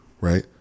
right